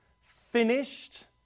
finished